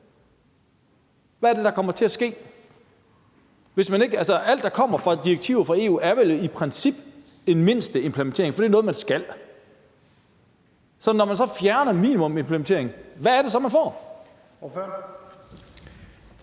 Hvad er det, der kommer til at ske? Altså, alt, der kommer fra direktiver fra EU, er vel i princippet en minimumsimplementering, for det er noget, man skal. Når man så fjerner minimumsimplementering, hvad er det så, man får?